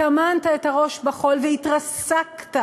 טמנת את הראש בחול, והתרסקת,